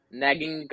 nagging